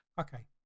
Okay